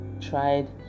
tried